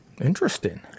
Interesting